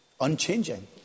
unchanging